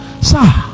sir